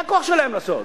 זה הכוח שלהם, לעשות.